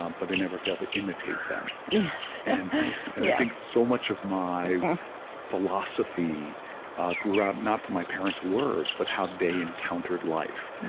um but they never fail to imitate them. and i think so much of my philosophy grew out not from my parents' words but how they encountered life.